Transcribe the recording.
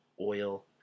oil